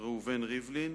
ראובן ריבלין